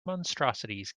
monstrosities